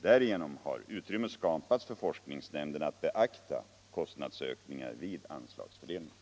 Därigenom har utrymme skapats för forskningsnämnden att beakta kostnadsökningar vid anslagsfördelningen.